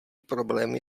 problémy